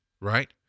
right